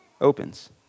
opens